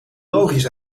logisch